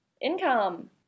income